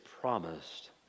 promised